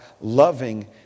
loving